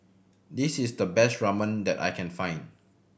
this is the best Ramyeon that I can find